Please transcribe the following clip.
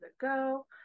go